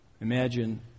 imagine